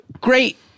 great